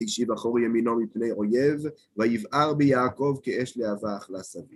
השיב אחור ימינו מפני אויב, ויבער ביעקב כאש להבה אכלה סביב.